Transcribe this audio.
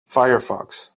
firefox